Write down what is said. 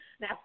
Now